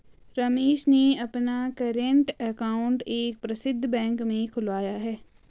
रमेश ने अपना current account एक प्रसिद्ध बैंक में खुलवाया है